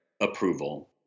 approval